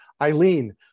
Eileen